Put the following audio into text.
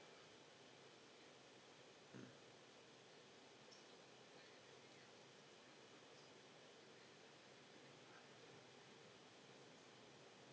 mm